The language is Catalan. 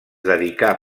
dedicà